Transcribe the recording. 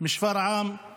משפרעם